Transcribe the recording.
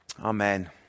Amen